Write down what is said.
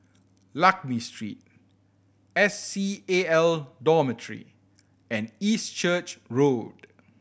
Lakme Street S C A L Dormitory and East Church Road